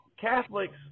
Catholics